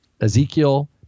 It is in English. Ezekiel